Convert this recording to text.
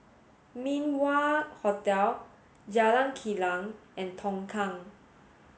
Min Wah Hotel Jalan Kilang and Tongkang